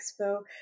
expo